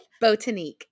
Botanique